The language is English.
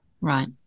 right